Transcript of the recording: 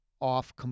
off